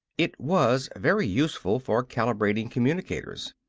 it was very useful for calibrating communicators.